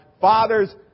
father's